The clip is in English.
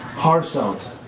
heart sounds,